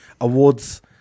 awards